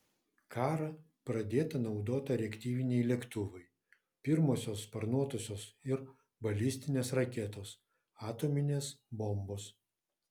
karą pradėta naudota reaktyviniai lėktuvai pirmosios sparnuotosios ir balistinės raketos atominės bombos